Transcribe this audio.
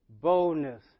Boldness